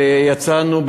ויצאנו,